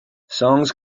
songs